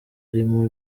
arimo